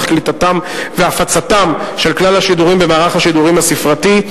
קליטתם והפצתם של כלל השידורים במערך השידורים הספרתי,